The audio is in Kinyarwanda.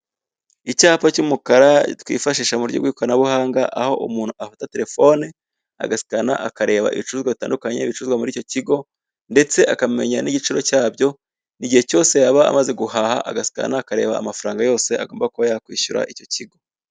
Icyapa cy'umukara twifashisha mu buryo bw'ikoranabuhanga, aho umuntu afata telefoni agasikana, akareba ibicuruzwa bitandukanye bicuruzwa muri icyo kigo, ndetse akamenya n'igiciro cyabyo, igihe cyose yaba amaze guhaha, agasikana, akareba amafaranga yose agomba kuba yakwishyura icyo kigo.